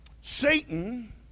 Satan